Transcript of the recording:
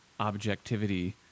objectivity